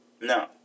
No